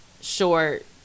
short